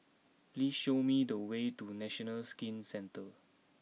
please show me the way to National Skin Centre